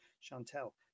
chantelle